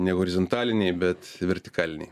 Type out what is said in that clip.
ne horizontaliniai bet vertikaliniai